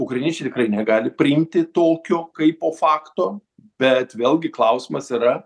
ukrainiečiai tikrai negali priimti tokio kai po fakto bet vėlgi klausimas yra